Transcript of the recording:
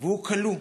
שהוא כלוא.